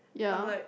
ya